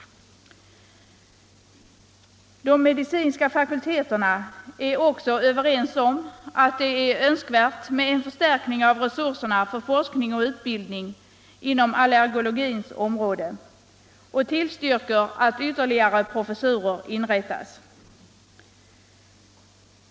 De medicinska fakulteterna är också ense om att det är önskvärt med en förstärkning av resurserna för forskning och utbildning inom allergologins område och tillstyrker att ytterligare professurer inrättas.